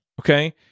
Okay